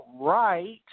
right